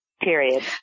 period